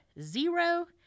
Zero